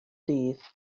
dydd